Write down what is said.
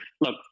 look